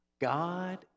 God